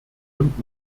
und